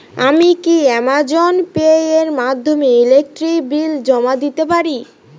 আমি কি Amazon Pay এর মাধ্যমে ইলেকট্রিক বিল জমা দিতে পারি?